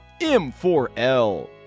M4L